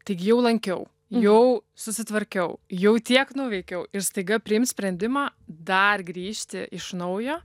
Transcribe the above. tai gi jau lankiau jau susitvarkiau jau tiek nuveikiau ir staiga priimt sprendimą dar grįžti iš naujo